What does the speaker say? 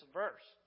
verse